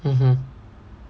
mmhmm